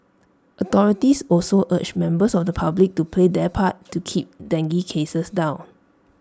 authorities also urged members of the public to play their part to keep dengue cases down